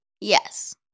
Yes